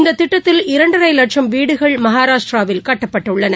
இந்ததிட்டத்தில் இரண்டரைலட்சம் வீடுகள் மகாராஷ்டிராவில் கட்டப்பட்டுள்ளன